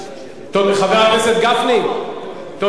חבר הכנסת גפני, תודה.